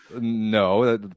No